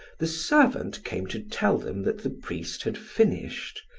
the servant came to tell them that the priest had finished,